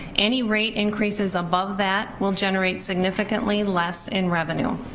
any rate increases above that will generate significantly less in revenue.